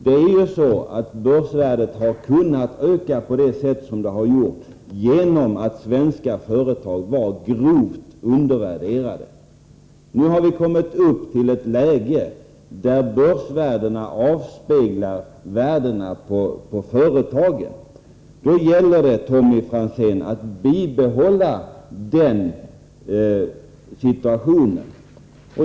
Det är ju så att börsvärdet har kunnat öka på det sätt som det har gjort, därför att svenska företag varit grovt undervärderade. Nu har vi kommit upp till ett läge där börsvärdena avspeglar värdena på företagen. Då gäller det, Tommy Franzén, att bibehålla den situationen.